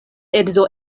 edzo